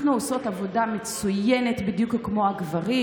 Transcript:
אנחנו עושות עבודה מצוינת בדיוק כמו הגברים,